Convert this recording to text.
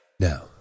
Now